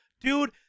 dude